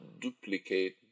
duplicate